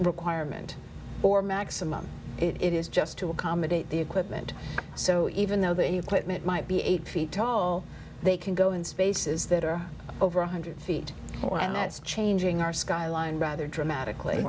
requirement or maximum it is just to accommodate the equipment so even though they knew quitman might be eight feet tall they can go in spaces that are over one hundred feet or and that's changing our skyline rather dramatically